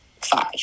five